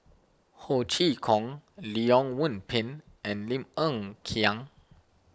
Ho Chee Kong Leong Yoon Pin and Lim Hng Kiang